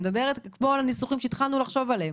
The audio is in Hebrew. אני מדברת על ניסוחים שהתחלנו לחשוב עליהם,